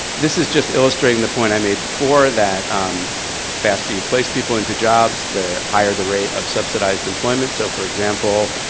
this is just illustrating the point i made before that um the faster you place people into jobs, the higher the rate of subsidized employment. so for example,